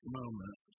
moment